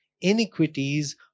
iniquities